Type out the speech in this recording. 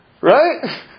Right